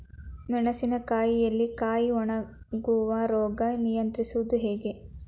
ಮೆಣಸಿನ ಕಾಯಿಯಲ್ಲಿ ಕಾಯಿ ಒಣಗುವ ರೋಗ ನಿಯಂತ್ರಿಸುವುದು ಹೇಗೆ?